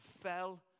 fell